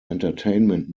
entertainment